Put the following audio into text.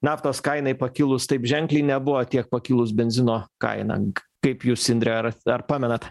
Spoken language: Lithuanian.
naftos kainai pakilus taip ženkliai nebuvo tiek pakilus benzino kaina ka kaip jūs indre ar ats ar pamenat